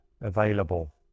available